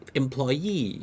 employee